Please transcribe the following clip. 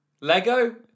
Lego